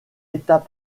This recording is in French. état